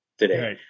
today